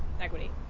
Equity